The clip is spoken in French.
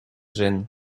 gènes